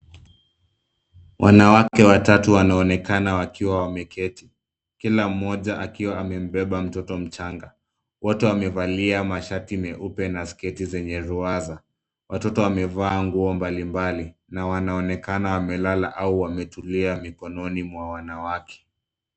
Wanawake watatu wanaonekana wakiwa wameketi kila mmoja akiwa amebeba mtoto mchanga. Wote wamevalia mashati meupe na sketi zenye ruwaza. Watoto wamevaa nguo mbalimbali na wanaonekana wamelala ama wametulia mikononi mwa wanawake.